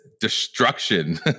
destruction